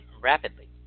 rapidly